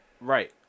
Right